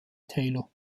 taylor